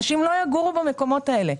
אנשים לא יגורו במקומות האלה.